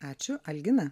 ačiū algina